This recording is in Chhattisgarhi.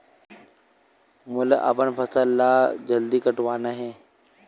मोला अपन फसल ला जल्दी कटवाना हे?